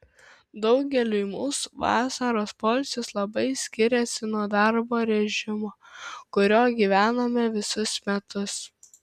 daugeliui mūsų vasaros poilsis labai skiriasi nuo darbo režimo kuriuo gyvename visus metus